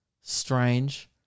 strange